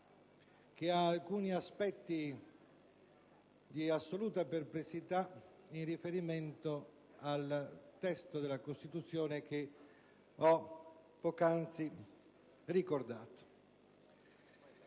presenta alcuni aspetti di assoluta perplessità in riferimento al testo della Costituzione che ho poc'anzi ricordato.